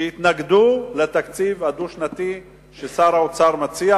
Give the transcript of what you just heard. שיתנגדו לתקציב הדו-שנתי ששר האוצר מציע,